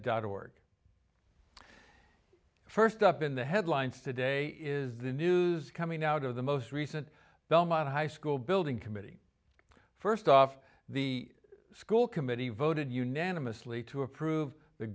dot org first up in the headlines today is the news coming out of the most recent high school building committee first off the school committee voted unanimously to approve the